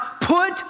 put